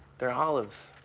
they're olives.